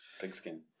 Pigskin